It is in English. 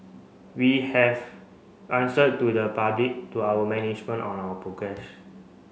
we have answer to the public to our management on our progress